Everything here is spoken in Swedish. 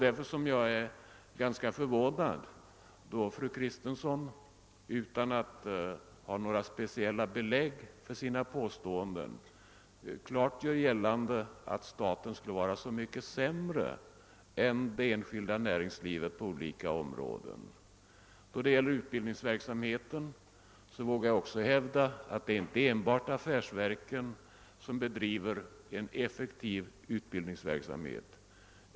Därför är jag ganska förvånad över att fru Kristensson nu utan att ha några speciella belägg för sina påståenden klart gör gällande, att staten skulle vara så mycket sämre än det enskilda näringslivet på ifrågavarande område. Vad beträffar utbildningsverksamheten vågar jag också hävda att det inte: enbart är affärsverken som bedrivit en effektiv utbildningsverksamhet.